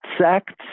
sects